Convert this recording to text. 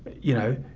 you know,